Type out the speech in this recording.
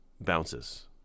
bounces